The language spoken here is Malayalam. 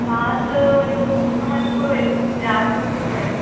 ക്ലാസ് ഒരു മൂന്ന് മണിക്കൂർ വരും ഉച്ച രാവിലെ തൊട്ട് ഉച്ച വരെ